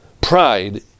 Pride